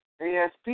ASP